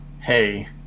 Hey